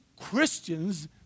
Christians